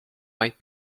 might